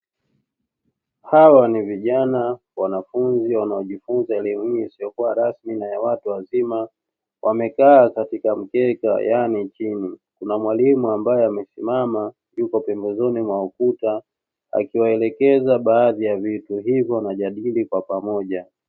Hawa ni vijana wanafunzi wanaojifunza elimu hii isiyokuwa rasmi ya watu wazima wamekaa katika mkeka yani chini, kuna mwalimu ambaye amesimama yuko pembezoni mwa ukuta akiwaelekeza baadhi ya vitu hivyo wanajadili kwa pamoja.